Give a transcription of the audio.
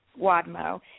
WADMO